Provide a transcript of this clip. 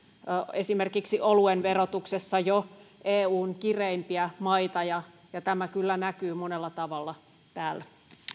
esimerkiksi oluen verotuksessa jo eun kireimpiä maita ja ja tämä kyllä näkyy monella tavalla täällä